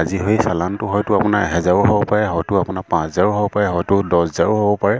আজি সেই চালানটো হয়টো আপোনাৰ এহেজাৰো হ'ব পাৰে হয়টো আপোনাৰ পাঁচ হাজাৰো হ'ব পাৰে হয়টো দহ হাজাৰো হ'ব পাৰে